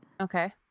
Okay